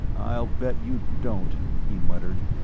i'll bet you don't, he muttered.